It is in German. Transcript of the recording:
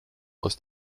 aus